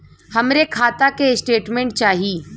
हमरे खाता के स्टेटमेंट चाही?